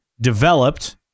developed